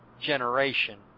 generation